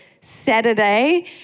Saturday